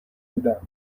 بودم